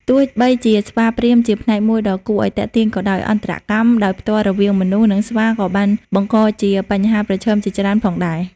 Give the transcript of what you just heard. ទោះបីជាស្វាព្រាហ្មណ៍ជាផ្នែកមួយដ៏គួរឱ្យទាក់ទាញក៏ដោយ អន្តរកម្មដោយផ្ទាល់រវាងមនុស្ស និងស្វាក៏បានបង្កជាបញ្ហាប្រឈមជាច្រើនផងដែរ។